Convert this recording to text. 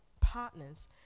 partners